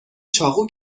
چاقو